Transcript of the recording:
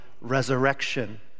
resurrection